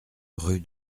rue